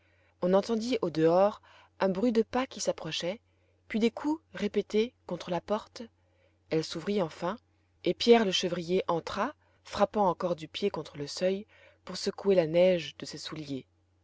on entendit au dehors un bruit de pas qui s'approchaient puis des coups répétés contre la porte elle s'ouvrit enfin et pierre le chevrier entra frappant encore du pied contre le seuil pour secouer la neige de ses souliers